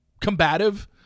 combative